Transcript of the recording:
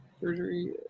surgery